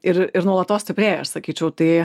ir ir nuolatos stiprėjo aš sakyčiau tai